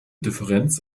differenz